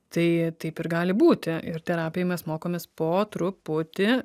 tai taip ir gali būti ir terapijoj mes mokomės po truputį